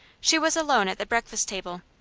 she was alone at the breakfast table,